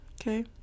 okay